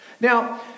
Now